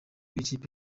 w’ikipe